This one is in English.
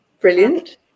Brilliant